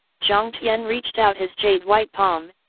jiang tian reached out his jade white palm,